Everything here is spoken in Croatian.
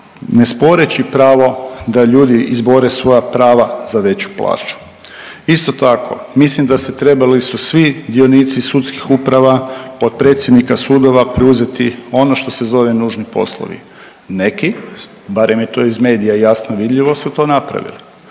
ne sporeći pravo da ljudi izbore svoja prava za veću plaću. Isto tako, mislim da su trebali se svi dionici sudskih uprava od predsjednika sudova preuzeti ono što se zove nužni poslovi. Neki, barem je to iz medija jasno vidljivo su to napravili.